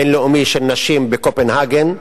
בין-לאומי, של נשים בקופנהגן,